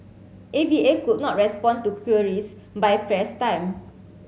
A V A could not respond to queries by press time